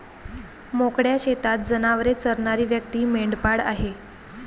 मोकळ्या शेतात जनावरे चरणारी व्यक्ती मेंढपाळ आहे